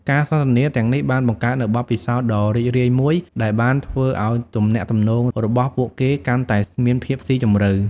ការសន្ទនាទាំងនេះបានបង្កើតនូវបទពិសោធន៍ដ៏រីករាយមួយដែលបានធ្វើឲ្យទំនាក់ទំនងរបស់ពួកគេកាន់តែមានភាពស៊ីជម្រៅ។